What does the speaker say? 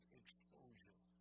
exposure